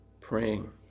praying